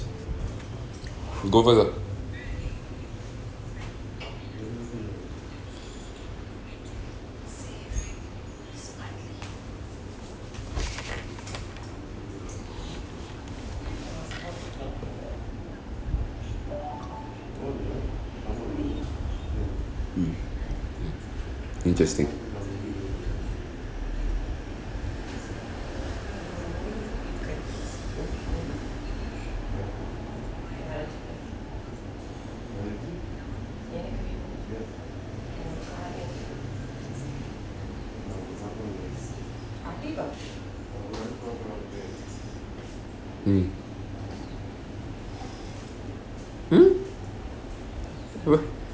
you go first ah mm mm interesting mm hmm wh~